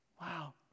Wow